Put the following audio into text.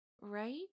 right